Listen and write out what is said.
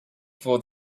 for